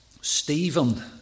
Stephen